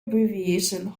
abbreviation